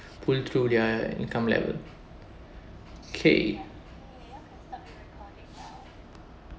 pull through their income level okay